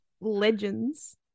legends